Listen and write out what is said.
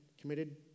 committed